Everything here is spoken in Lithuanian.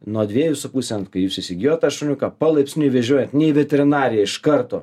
nuo dviejų su puse kai jūs įsigijot tą šuniuką palaipsniui vežiojant ne į veterinariją iš karto